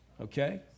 Okay